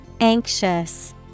Anxious